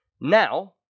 Now